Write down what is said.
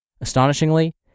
Astonishingly